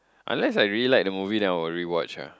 unless I really like the movie then I will rewatch ah